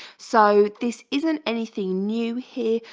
so this isn't anything new here.